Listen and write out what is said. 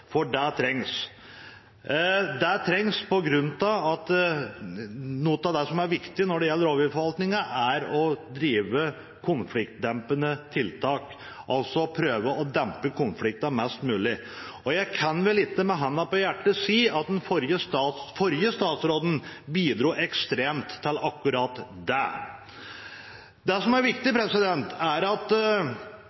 for det trengs. Det trengs fordi noe av det som er viktig når det gjelder rovviltforvaltningen, er å drive konfliktdempende tiltak, altså å prøve å dempe konflikten mest mulig. Jeg kan ikke, med hånden på hjertet, si at den forrige statsråden bidro ekstremt mye til akkurat det. Det som er viktig,